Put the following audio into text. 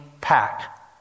pack